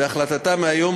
בהחלטתה מהיום,